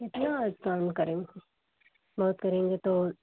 कितना कम करेंगे बहुत करेंगे तो